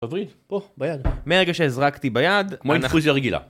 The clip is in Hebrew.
בוריד, פה, ביד. מרגע שהזרקתי ביד... כמו עם זריקה רגילה.